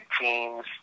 teams